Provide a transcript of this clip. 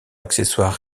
accessoires